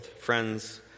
Friends